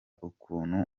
ukuntu